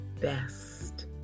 best